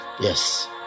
yes